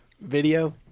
video